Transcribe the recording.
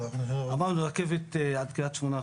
אמרנו, רכבת עד קריית שמונה.